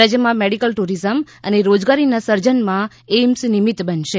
રાજ્યમાં medical tourism અને રોજગારીનાં સર્જનમાં એઈમ્સ નિમિત્ત બનશે